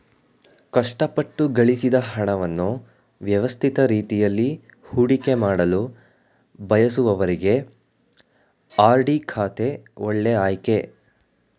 ಕಷ್ಟಪಟ್ಟು ಗಳಿಸಿದ ಹಣವನ್ನು ವ್ಯವಸ್ಥಿತ ರೀತಿಯಲ್ಲಿ ಹೂಡಿಕೆಮಾಡಲು ಬಯಸುವವರಿಗೆ ಆರ್.ಡಿ ಖಾತೆ ಒಳ್ಳೆ ಆಯ್ಕೆ